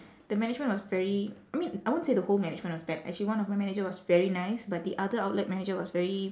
the management was very I mean I won't say the whole management was bad actually one of my manager was very nice but the other outlet manager was very